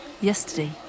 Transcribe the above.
Yesterday